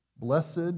Blessed